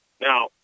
now